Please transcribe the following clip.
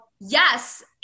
yes